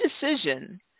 decision